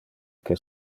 que